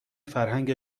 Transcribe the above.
فرهنگ